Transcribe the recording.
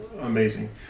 amazing